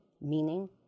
meaning